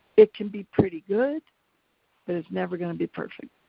it can be pretty good but it's never gonna be perfect,